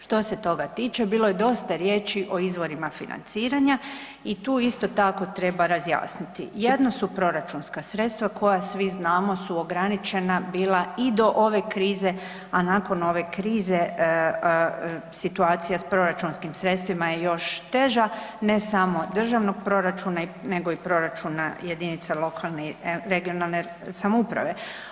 Što se toga tiče bilo je dosta riječi o izvorima financiranja i tu isto tako treba razjasniti, jedno su proračunska sredstva koja svi znamo su ograničena bila i do ove krize, a nakon ove krize situacija s proračunskim sredstvima je još teža ne samo državnog proračuna, nego i proračuna jedinica lokalne i regionalne samouprave.